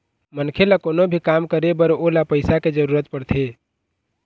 मनखे ल कोनो भी काम करे बर ओला पइसा के जरुरत पड़थे